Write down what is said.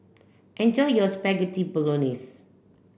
enjoy your Spaghetti Bolognese